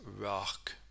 rock